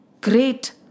great